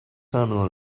terminal